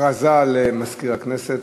הכרזה למזכיר הכנסת.